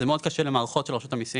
זה מאוד קשה למערכות של רשות המיסים,